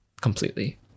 completely